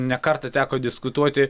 ne kartą teko diskutuoti